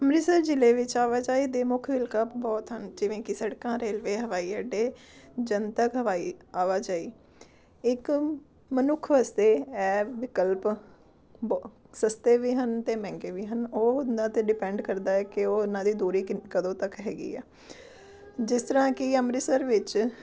ਅੰਮ੍ਰਿਤਸਰ ਜ਼ਿਲ੍ਹੇ ਵਿੱਚ ਆਵਾਜਾਈ ਦੇ ਮੁੱਖ ਵਿਕਲਪ ਬਹੁਤ ਹਨ ਜਿਵੇਂ ਕਿ ਸੜਕਾਂ ਰੇਲਵੇ ਹਵਾਈ ਅੱਡੇ ਜਨਤਕ ਹਵਾਈ ਆਵਾਜਾਈ ਇੱਕ ਮਨੁੱਖ ਵਾਸਤੇ ਐਹ ਵਿਕਲਪ ਬੋ ਸਸਤੇ ਵੀ ਹਨ ਅਤੇ ਮਹਿੰਗੇ ਵੀ ਹਨ ਉਹ ਉਹਨਾਂ 'ਤੇ ਡਿਪੈਂਡ ਕਰਦਾ ਹੈ ਕਿ ਉਹ ਉਹਨਾਂ ਦੀ ਦੂਰੀ ਕਿੰਨ ਕਦੋਂ ਤੱਕ ਹੈਗੀ ਆ ਜਿਸ ਤਰ੍ਹਾਂ ਕਿ ਅੰਮ੍ਰਿਤਸਰ ਵਿੱਚ